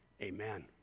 amen